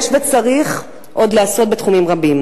יש וצריך עוד לעשות בתחומים רבים,